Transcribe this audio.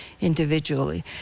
individually